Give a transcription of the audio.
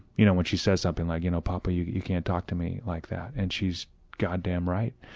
you know when she says something like you know poppa, you you can't talk to me like that and she's goddamn right.